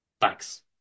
Thanks